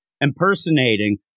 impersonating